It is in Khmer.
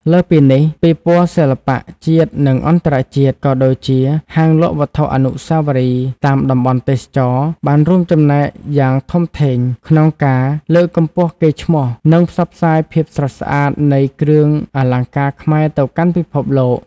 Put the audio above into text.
លើសពីនេះ ពិព័រណ៍សិល្បៈ ជាតិ និងអន្តរជាតិ ក៏ដូចជា ហាងលក់វត្ថុអនុស្សាវរីយ៍ តាមតំបន់ទេសចរណ៍ បានរួមចំណែកយ៉ាងធំធេងក្នុងការ លើកកម្ពស់កេរ្តិ៍ឈ្មោះ និងផ្សព្វផ្សាយភាពស្រស់ស្អាតនៃគ្រឿងអលង្ការខ្មែរទៅកាន់ពិភពលោក។